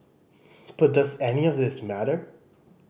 but does any of this matter